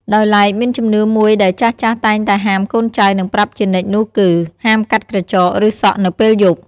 ដោយឡែកមានជំនឿមួយដែលចាស់ៗតែងតែហាមកូនចៅ និងប្រាប់ជានិច្ចនោះគឺ ហាមកាត់ក្រចក ឬសក់នៅពេលយប់។